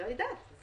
לא יודעת.